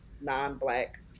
non-black